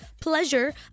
pleasure